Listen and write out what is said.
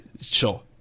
Sure